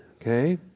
okay